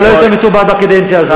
טעיתי, אתה לא יותר מתורבת בקדנציה הזו.